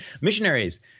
Missionaries